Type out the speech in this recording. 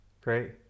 Great